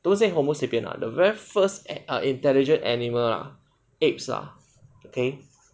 don't say homosapiens ah the very first intelligent animal lah apes ah apes